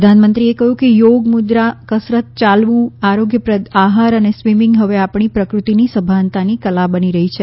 પ્રધાનમંત્રીએ કહ્યું યોગ મુદ્રા કસરત ચાલવું આરોગ્યપ્રદ આહાર અને સ્વિમિંગ હવે આપણી પ્રકૃતિની સભાનતાની કલા બની રહી છે